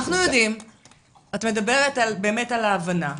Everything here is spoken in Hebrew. את מדברת על ההבנה,